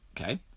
Okay